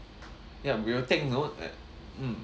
yup we will take note uh mm